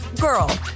girl